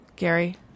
Gary